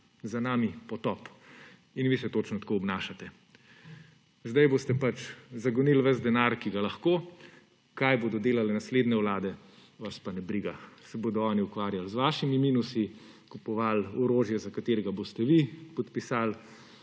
Za nami potop. In vi se točno tako obnašate. Zdaj boste pač zagonili ves denar, ki ga lahko, kaj bodo delale naslednje vlade, vas pa ne briga, se bodo oni ukvarjali z vašimi minusi, kupovali orožje, za katerega boste vi podpisali